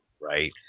right